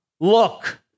Look